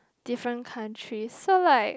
different country so like